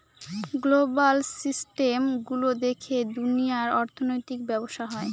global system গুলো দেখে দুনিয়ার অর্থনৈতিক ব্যবসা হয়